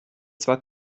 zwar